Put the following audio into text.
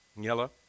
Yellow